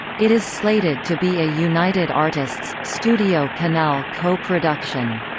it is slated to be a united artists studio canal co-production.